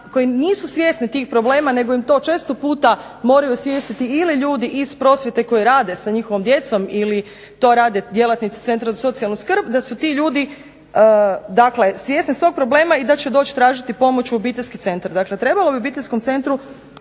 koji nisu svjesni tih problema, nego im to često puta moraju osvijestiti ili ljudi iz prosvjete koji rade sa njihovom djecom ili to rade djelatnici centra za socijalnu skrb, da su ti ljudi dakle svjesni svog problema, i da će doći tražiti pomoć u obiteljski centar.